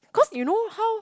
cause you know how